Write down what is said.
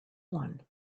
one